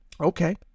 Okay